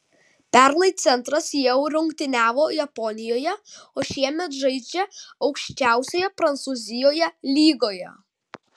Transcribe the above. pernai centras jau rungtyniavo japonijoje o šiemet žaidžia aukščiausioje prancūzijoje lygoje